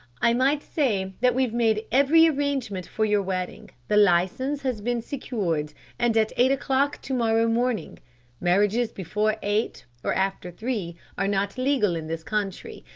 i might say that we've made every arrangement for your wedding, the licence has been secured and at eight o'clock to-morrow morning marriages before eight or after three are not legal in this country,